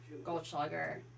Goldschlager